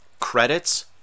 credits